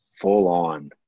full-on